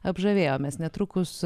apžavėjo mes netrukus